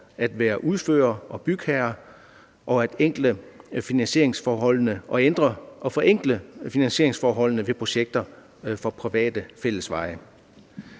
at være udfører og bygherre, og forenkle finansieringsforholdene ved projekter for private fællesveje.